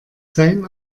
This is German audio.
sein